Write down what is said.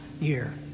year